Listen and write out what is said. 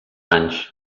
anys